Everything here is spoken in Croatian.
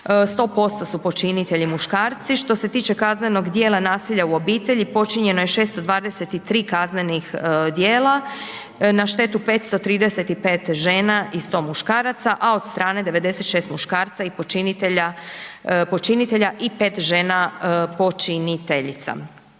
100% su počinitelji muškarci, što se tiče kaznenog djela nasilja u obitelji počinjena je 623 kaznenih djela na štetu 535 žena i 100 muškaraca, a od strane 96 muškarca i počinitelja, počinitelja